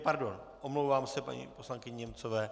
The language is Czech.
Pardon, omlouvám se paní poslankyni Němcové.